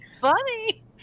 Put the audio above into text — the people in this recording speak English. funny